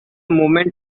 movement